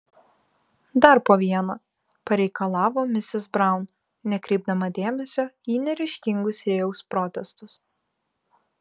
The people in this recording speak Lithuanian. dar po vieną pareikalavo misis braun nekreipdama dėmesio į neryžtingus rėjaus protestus